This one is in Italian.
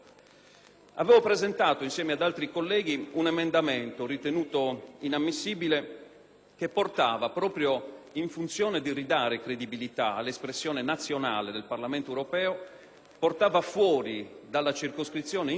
che, proprio in funzione di ridare credibilità all'espressione nazionale del Parlamento europeo, mirava a tirare fuori dalla circoscrizione insulare l'isola di Sardegna. La chiamo così perché